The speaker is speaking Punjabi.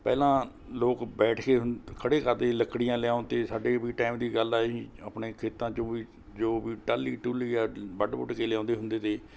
ਪਹਿਲਾਂ ਲੋਕ ਬੈਠ ਕੇ ਹੁੰ ਖੜ੍ਹੇ ਕਰਦੇ ਲੱਕੜੀਆਂ ਲਿਆਉਣ ਤੇ ਸਾਡੇ ਵੀ ਟਾਈਮ ਦੀ ਗੱਲ ਆਈ ਆਪਣੇ ਖੇਤਾਂ 'ਚੋਂ ਵੀ ਜੋ ਵੀ ਟਾਹਲੀ ਟੁਹਲੀ ਆ ਵੱਢ ਵੁੱਢ ਕੇ ਲਿਆਉਂਦੇ ਹੁੰਦੇ ਤੇ